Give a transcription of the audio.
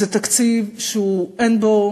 התקציב הזה הוא תקציב שאין בו,